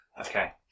Okay